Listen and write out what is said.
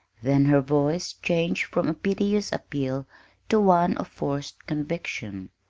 then her voice changed from a piteous appeal to one of forced conviction.